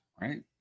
right